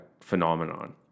phenomenon